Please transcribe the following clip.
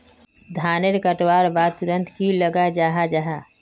धानेर कटवार बाद तुरंत की लगा जाहा जाहा?